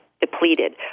depleted